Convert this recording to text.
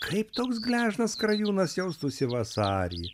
kaip toks gležnas skrajūnas jaustųsi vasarį